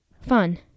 fun